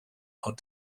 are